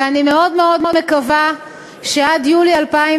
ואני מאוד מאוד מקווה שעד יולי 2014